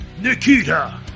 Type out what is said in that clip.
Nikita